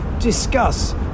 discuss